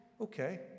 okay